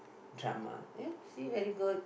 drama ya see very good